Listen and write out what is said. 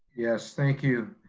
yes, thank you.